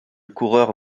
coureur